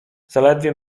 zaledwie